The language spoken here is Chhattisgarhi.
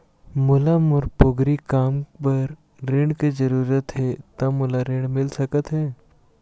मोला मोर पोगरी काम बर ऋण के जरूरत हे ता मोला ऋण मिल सकत हे?